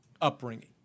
upbringing